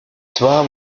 zwar